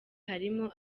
harimo